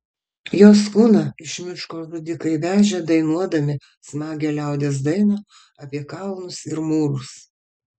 jos kūną iš miško žudikai vežė dainuodami smagią liaudies dainą apie kalnus ir mūrus